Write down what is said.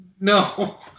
no